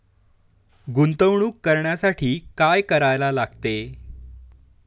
गुंतवणूक करण्यासाठी काय करायला लागते?